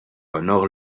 honore